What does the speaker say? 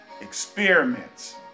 experiments